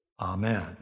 Amen